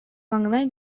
маҥнай